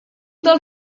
dels